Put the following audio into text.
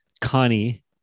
Connie